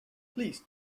please